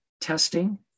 testing